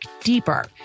deeper